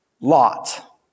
Lot